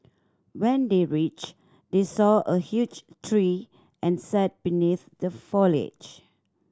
when they reached they saw a huge tree and sat beneath the foliage